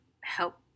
help